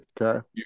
Okay